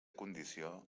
condició